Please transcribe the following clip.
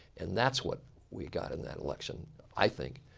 and that's what we got in that election i think.